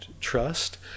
Trust